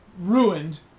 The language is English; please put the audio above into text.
ruined